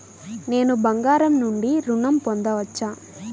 నేను బంగారం నుండి ఋణం పొందవచ్చా?